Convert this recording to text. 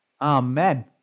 Amen